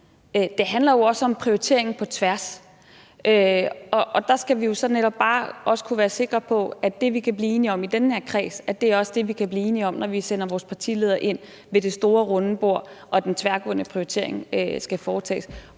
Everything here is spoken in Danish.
Det handler jo også om prioritering på tværs, og der skal vi jo så netop bare også kunne være sikre på, at det, vi kan blive enige om i den her kreds, også er det, vi kan blive enige om, når vi sender vores partiledere ind ved det store runde bord og den tværgående prioritering skal foretages.